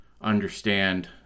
understand